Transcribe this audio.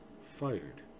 fired